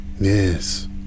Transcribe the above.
Yes